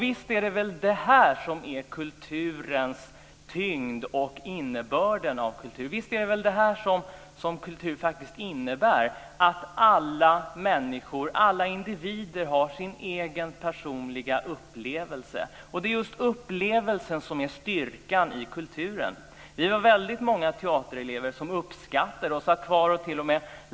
Visst är det väl detta som är kulturens tyngd och innebörd? Visst innebär väl kultur att alla människor, alla individer, har sin egen personliga upplevelse. Det är just upplevelsen som är styrkan i kulturen. Vi var väldigt många teaterelever som uppskattade den här filmen.